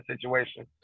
situation